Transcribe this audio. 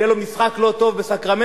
יהיה לו משחק לא טוב בסקרמנטו,